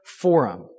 forum